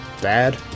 dad